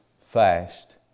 fast